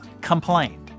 complained